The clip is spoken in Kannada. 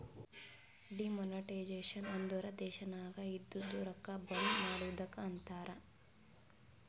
ಡಿಮೋನಟೈಜೆಷನ್ ಅಂದುರ್ ದೇಶನಾಗ್ ಇದ್ದಿದು ರೊಕ್ಕಾ ಬಂದ್ ಮಾಡದ್ದುಕ್ ಅಂತಾರ್